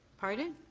pardon?